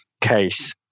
case